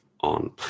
on